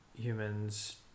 humans